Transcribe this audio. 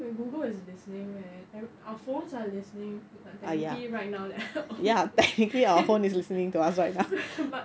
like when google is listening man ou~ our phones are listening like technically right now leh but